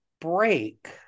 break